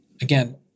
again